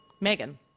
Megan